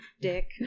dick